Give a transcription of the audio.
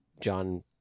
John